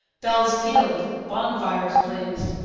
bells pealed. bonfires blazed.